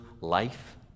life